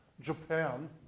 Japan